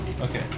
Okay